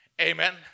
Amen